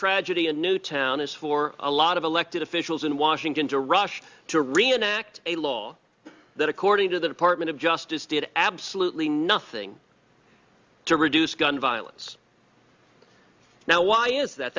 tragedy in newtown is for a lot of elected officials in washington to rush to reenact a law that according to the department of justice did absolutely nothing to reduce gun violence now why is that